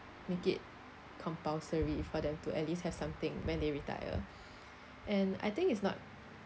make it compulsory for them to at least have something when they retire and I think it's not